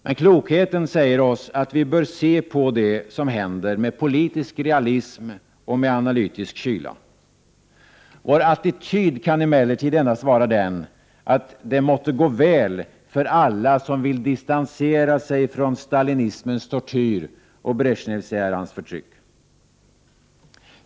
Men klokheten säger oss att vi bör se på det som händer med politisk realism och analytisk kyla. Vår attityd kan emellertid endast vara den, att det måtte gå väl för alla som vill distansera sig från stalinismens tortyr och Bresjneverans förtryck.